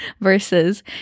versus